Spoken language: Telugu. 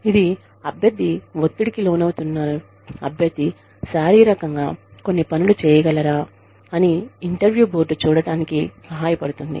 ఇది అభ్యర్థి ఒత్తిడికి లోనవుతున్నారా అభ్యర్థి శారీరకంగా కొన్ని పనులు చేయగలరా అని ఇంటర్వ్యూ బోర్డు చూడటానికి సహాయపడుతుంది